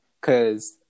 Cause